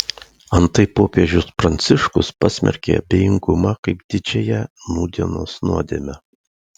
antai popiežius pranciškus pasmerkė abejingumą kaip didžiąją nūdienos nuodėmę